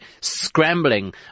scrambling